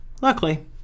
Luckily